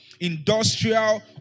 industrial